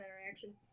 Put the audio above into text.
interaction